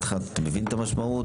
אתה מבין את המשמעות?